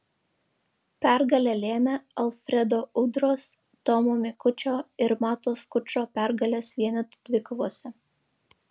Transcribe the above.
pergalę lėmė alfredo udros tomo mikučio ir mato skučo pergalės vienetų dvikovose